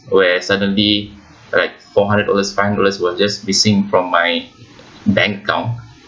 where suddenly like four hundred dollars five hundred dollars were just missing from my bank account